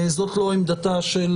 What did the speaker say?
זאת לא עמדתה של